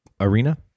arena